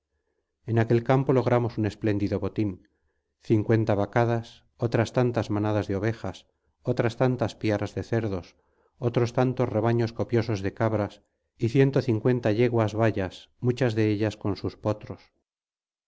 en aquel campo logramos un espléndido botín cincuenta vacadas otras tantas manadas de ovejas otras tantas piaras de cerdos otros tantos rebaños copiosos de cabras y ciento cincuenta yeguas bayas muchas de ellas con sus potros